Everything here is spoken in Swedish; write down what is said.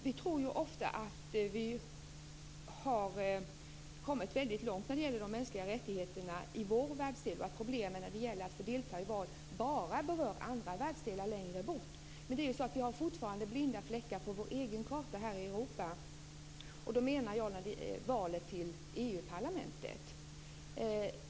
Vi tror ju ofta att vi har kommit väldigt långt när det gäller de mänskliga rättigheterna i vår världsdel och att problemen med att få delta i val bara berör andra världsdelar. Men vi har fortfarande blinda fläckar på vår egen karta här i Europa. Då talar jag om valet till EU-parlamentet.